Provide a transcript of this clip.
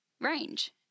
range